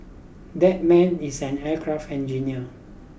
that man is an aircraft engineer